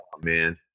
man